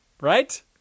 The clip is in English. Right